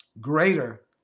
greater